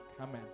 Amen